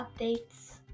updates